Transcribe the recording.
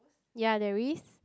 ya there is